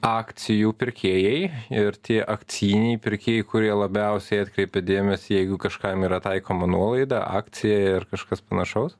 akcijų pirkėjai ir tie akcijiniai pirkėjai kurie labiausiai atkreipia dėmesį jeigu kažkam yra taikoma nuolaida akcija ir kažkas panašaus